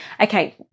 Okay